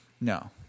no